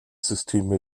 systeme